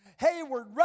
Hayward